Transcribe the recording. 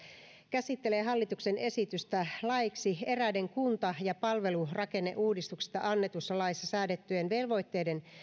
käsittelee hallituksen esitystä laeiksi eräiden kunta ja palvelurakenneuudistuksesta annetussa laissa säädettyjen velvoitteiden